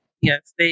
Yes